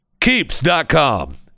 Keeps.com